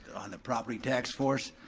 on the property tax force,